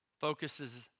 focuses